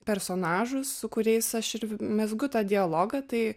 personažus su kuriais aš ir mezgu tą dialogą tai